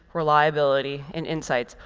reliability, and insights.